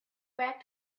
back